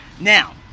Now